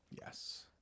Yes